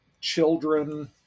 children